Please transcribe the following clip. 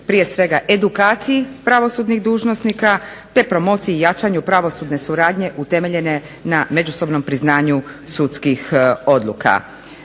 prije svega edukaciji pravosudnih dužnosnika te promociji i jačanju pravosudne suradnje utemeljene na međusobnom priznanju sudskih odluka.